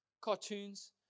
cartoons